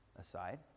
Aside